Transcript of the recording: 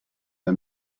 the